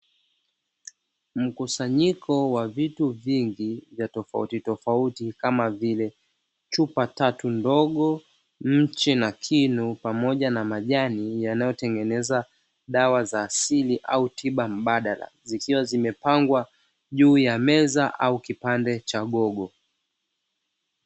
Mkusanyiko wa vitu vingi vya tofauti tofauti kama vile chupa tatu ndogo, mchi na kinu pamoja na majani yanayo tengeneza dawa za asili au tiba mbadala, zikiwa zimepangwa juu ya meza au kipande cha gogo.